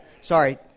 sorry